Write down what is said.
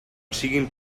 siguin